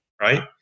right